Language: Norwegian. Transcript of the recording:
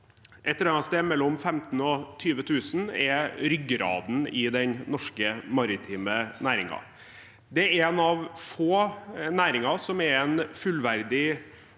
1573 net sted mellom 15 000 og 20 000, er ryggraden i den norske maritime næringen. Det er en av få næringer som er en fullverdig klynge.